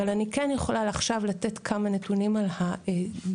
אבל אני כן יכולה לעכשיו לתת כמה נתונים על הדירוגים.